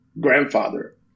grandfather